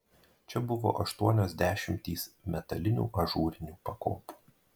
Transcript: čia buvo aštuonios dešimtys metalinių ažūrinių pakopų